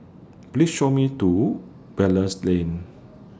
Please Show Me to Belilios Lane